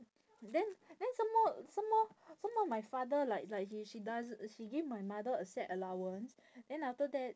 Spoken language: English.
then then some more some more some more my father like like he she does she give my mother a set allowance then after that